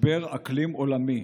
משבר אקלים עולמי,